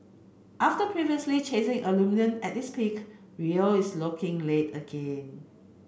after previously chasing aluminium at its peak Rio is looking late again